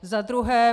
Za druhé.